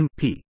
MP